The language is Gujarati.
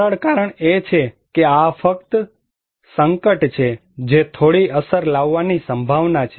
સરળ કારણ એ છે કે આ ફક્ત એક સંકટ છે જે થોડી અસર લાવવાની સંભાવના છે